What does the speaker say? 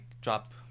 drop